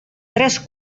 tres